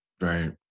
Right